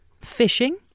Fishing